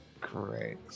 Great